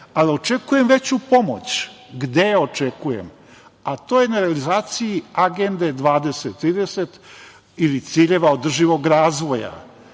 ali očekujem veću pomoć. Gde je očekujem? To je na realizaciji Agende 2030 ili ciljeva održivog razvoja.